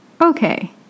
okay